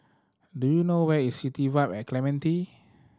do you know where is City Vibe at Clementi